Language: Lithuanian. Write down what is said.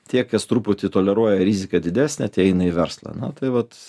tiek kas truputį toleruoja riziką didesnę tie eina į verslą nu tai vat